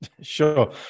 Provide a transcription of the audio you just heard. Sure